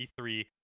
E3